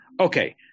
okay